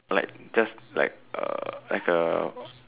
like just like as a